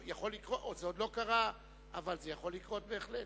זה עוד לא קרה אבל זה יכול לקרות בהחלט.